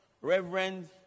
Reverend